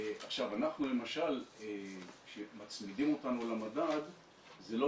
אנחנו למשל כשמצמידים אותנו למדד זה לא